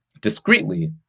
discreetly